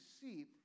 see